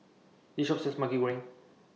This Shop sells Maggi Goreng